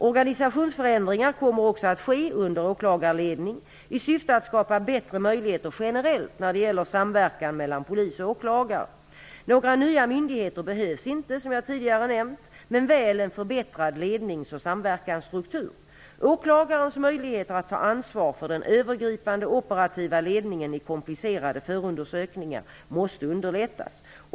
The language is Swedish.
Organisationsförändringar kommer också att ske under åklagarledning i syfte att skapa bättre möjligheter generellt när det gäller samverkan mellan polis och åklagare. Några nya myndigheter behövs inte, som jag tidigare nämnt, men väl en förbättrad lednings och samverkansstruktur. Åklagarens möjligheter att ta ansvar för den övergripande operativa ledningen i komplicerade förundersökningar måste underlättas.